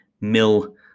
Mill